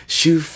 Shoe